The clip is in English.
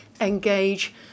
engage